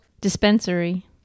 dispensary